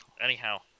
Anyhow